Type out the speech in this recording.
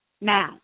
Now